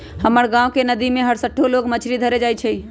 हमर गांव के नद्दी में हरसठ्ठो लोग मछरी धरे जाइ छइ